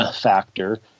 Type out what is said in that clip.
factor